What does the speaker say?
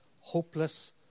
hopeless